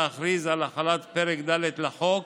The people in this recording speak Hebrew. להכריז על החלת פרק ד' לחוק